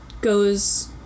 goes